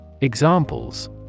Examples